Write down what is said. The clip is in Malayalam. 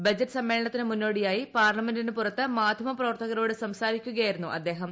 ബജറ്റ് സമ്മേളനത്തിന് മുന്നോടിയായി പാർലമെന്റിന് പുറത്ത് മാധ്യമപ്രവർത്തകരോട് സംസാരിക്കുകയായിരുന്നു അദ്ദേഹം